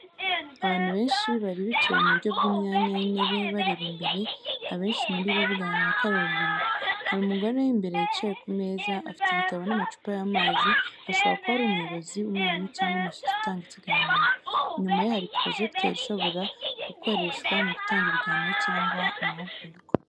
Abantu benshi bari bicaye mu buryo bw’imyanya y’intebe bareba imbere abenshi muri bo bigaragara ko ari urubyiruko. Hari umugore imbere yicaye ku meza, afite igitabo n’amacupa y’amazi, ashobora kuba ari umuyobozi, umwarimu, cyangwa umushyitsi utanga ikiganiro. Inyuma ye hari projector ishobora gukoreshwa mu gutanga ibiganiro cyangwa amahugurwa.